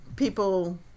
people